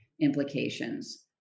implications